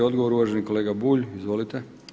Odgovor uvaženi kolega Bulj, izvolite.